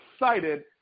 excited